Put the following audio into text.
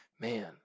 man